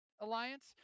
Alliance